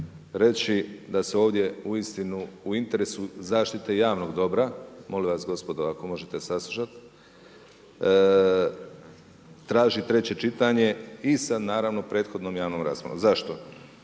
reći da se ovdje uistinu u interesu zaštite javnog dobra, molim vas gospodo ako možete saslušat, traži treće čitanje i sa naravno prethodnom javnom raspravom. Zašto?